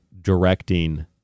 directing